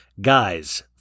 guys